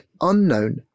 unknown